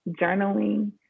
journaling